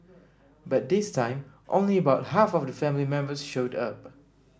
but this time only about half of the family members showed up